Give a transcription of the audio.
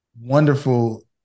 wonderful